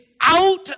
out